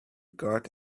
guard